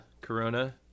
corona